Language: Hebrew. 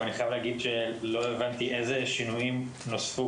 אבל אני חייב להגיד שלא הבנתי איזה שינויים נוספו